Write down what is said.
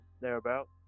thereabouts